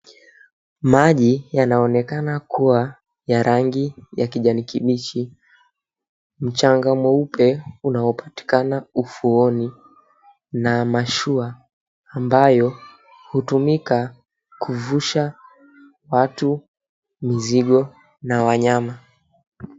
Maji yanaonekana ku𝑤a ya rangi ya kijani kibichi. Mchanga mweupe unaopatikana ufuoni na mashua ambayo hutumika kuvusha watu, mizigo na wanyama.